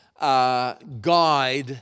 guide